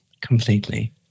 Completely